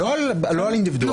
לא על אינדיבידואל.